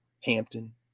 Hampton